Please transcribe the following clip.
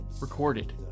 Recorded